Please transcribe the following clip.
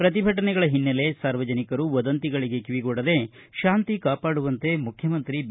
ಪ್ರತಿಭಟನೆಗಳ ಹಿನ್ನೆಲೆ ಸಾರ್ವಜನಿಕರು ವದಂತಿಗಳಿಗೆ ಕಿವಿಗೊಡದೆ ಶಾಂತಿ ಕಾಪಾಡುವಂತೆ ಮುಖ್ಚಮಂತ್ರಿ ಬಿ